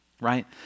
right